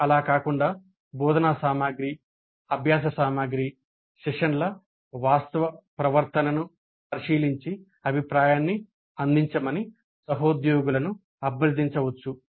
అలా కాకుండా బోధనా సామగ్రి అభ్యాస సామగ్రి సెషన్ల వాస్తవ ప్రవర్తనను పరిశీలించి అభిప్రాయాన్ని అందించమని సహోద్యోగులను అభ్యర్థించవచ్చు